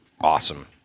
Awesome